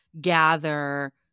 gather